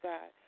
God